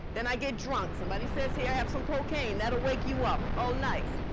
then i get drunk, somebody says, here, have some cocaine. that'll wake you up. oh, nice.